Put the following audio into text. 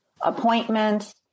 appointments